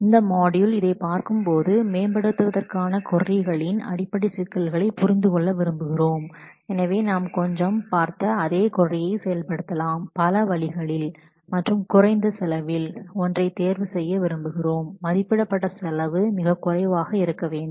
இந்த மாட்யூலை பார்க்கும்போது கொரிகளை அப்டிமைஸ் செய்வதில் அடிப்படை உள்ள சிக்கல்களைப் புரிந்துகொள்ள விரும்புகிறோம் எனவே நாம் கொஞ்சம் பார்த்த அதே கொரியை பல வழிகளில் செயல்படுத்தலாம் மற்றும் குறைந்த செலவில் செய்வதற்கு ஒன்றைத் தேர்வுசெய்ய விரும்புகிறோம் அதன் உடைய மதிப்பிடப்பட்ட செலவு மிகக் குறைவாக இருக்க வேண்டும்